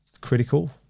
critical